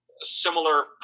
similar